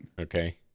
Okay